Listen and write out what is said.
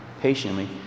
patiently